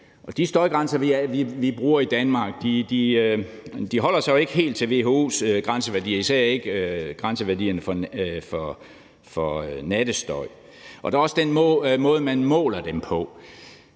de støjgrænser, vi bruger i Danmark, holder sig ikke helt til WHO's grænseværdier, især ikke grænseværdierne for nattestøj. Der er også den måde, man måler dem på.